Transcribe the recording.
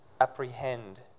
apprehend